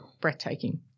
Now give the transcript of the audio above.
breathtaking